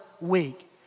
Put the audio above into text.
week